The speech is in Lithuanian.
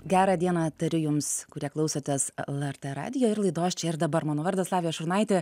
gerą dieną tariu jums kurie klausotės lrt radijo ir laidos čia ir dabar mano vardas lavija šurnaitė